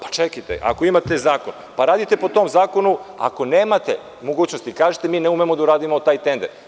Ako imate zakon radite po tom zakonu, ako nemate mogućnosti, kažite – ne umemo da radimo taj tender.